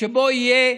שבו יהיה